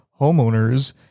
homeowners